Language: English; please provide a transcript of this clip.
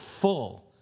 full